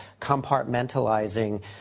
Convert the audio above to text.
compartmentalizing